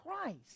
Christ